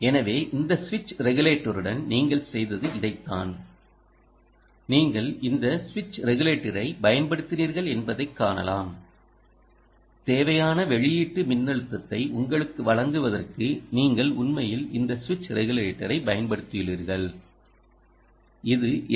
எனவே இந்த சுவிட்ச் ரெகுலேட்டருடன் நீங்கள் செய்தது இதைத்தான் நீங்கள் இந்த சுவிட்ச் ரெகுலேட்டரைப் பயன்படுத்தினீர்கள் என்பதைக் காணலாம் தேவையான வெளியீட்டு மின்னழுத்தத்தை உங்களுக்கு வழங்குவதற்கு நீங்கள் உண்மையில் இந்த சுவிட்ச் ரெகுலேட்டரைப் பயன்படுத்தியுள்ளீர்கள் இது எல்